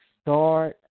start